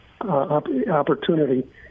opportunity